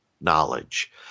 knowledge